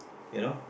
ya lor